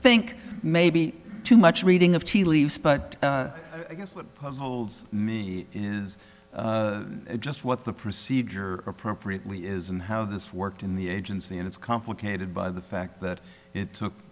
think maybe too much reading of tea leaves but i guess what puzzles me is just what the procedure appropriately is and how this worked in the agency and it's complicated by the fact that it took